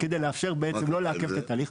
כדי לאפשר בעצם לא לעכב את התהליך.